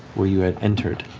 where you had entered